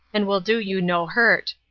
and will do you no hurt.